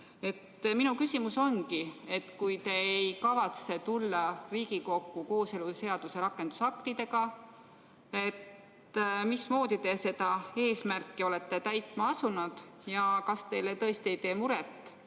Minu küsimus ongi, et kui te ei kavatse tulla Riigikokku kooseluseaduse rakendusaktidega, mismoodi te seda eesmärki olete täitma asunud. Kas teile tõesti ei tee muret,